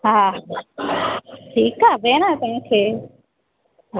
हा ठीकु आहे भेण तव्हांखे हा